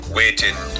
waiting